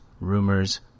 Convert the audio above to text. rumors